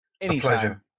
anytime